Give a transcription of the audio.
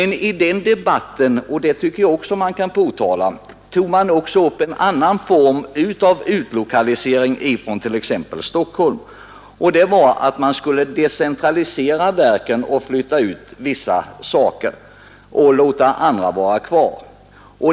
I nämnda debatt togs också upp en annan typ av utlokalisering från exempelvis Stockholm, nämligen den att vi skulle flytta ut vissa delar av verken och låta andra vara kvar.